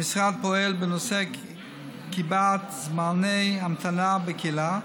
המשרד פועל בנושא קביעת זמני המתנה בקהילה,